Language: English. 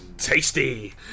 Tasty